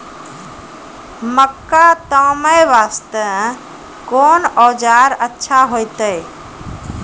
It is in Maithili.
मक्का तामे वास्ते कोंन औजार अच्छा होइतै?